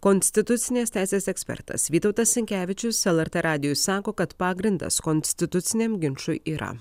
konstitucinės teisės ekspertas vytautas sinkevičius lrt radijui sako kad pagrindas konstituciniam ginčui yra